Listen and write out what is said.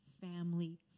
family